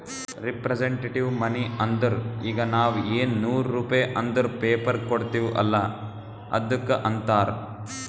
representative ಮನಿ ಅಂದುರ್ ಈಗ ನಾವ್ ಎನ್ ನೂರ್ ರುಪೇ ಅಂದುರ್ ಪೇಪರ್ ಕೊಡ್ತಿವ್ ಅಲ್ಲ ಅದ್ದುಕ್ ಅಂತಾರ್